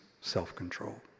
self-control